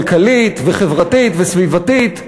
כלכלית וחברתית וסביבתית?